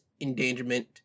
endangerment